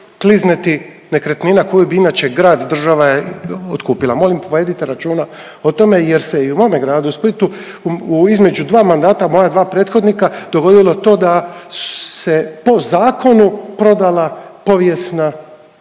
Klizne ti nekretnina koju bi inače grad, država otkupila. Molim povedite računa o tome jer se i u ovome gradu Splitu između dva mandata moja dva prethodnika dogodilo to da se po zakonu prodala povijesna